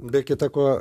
be kita ko